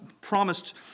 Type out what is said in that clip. promised